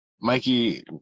mikey